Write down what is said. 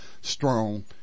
strong